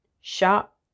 shop